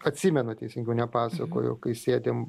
atsimenu teisingiau ne pasakoju kai sėdim